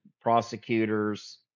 prosecutors